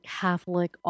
Catholic